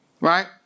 right